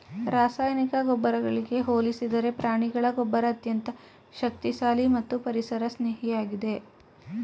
ರಾಸಾಯನಿಕ ಗೊಬ್ಬರಗಳಿಗೆ ಹೋಲಿಸಿದರೆ ಪ್ರಾಣಿಗಳ ಗೊಬ್ಬರ ಅತ್ಯಂತ ಶಕ್ತಿಶಾಲಿ ಮತ್ತು ಪರಿಸರ ಸ್ನೇಹಿಯಾಗಿದೆ